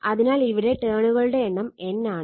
അതിനാൽ ഇവിടെ ടേണുകളുടെ എണ്ണം N ആണ്